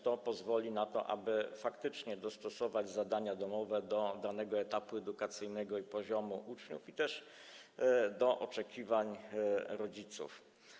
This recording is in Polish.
To pozwoli na to, aby faktycznie dostosować zadania domowe do danego etapu edukacyjnego, poziomu uczniów i do oczekiwań rodziców.